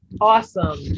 awesome